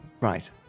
right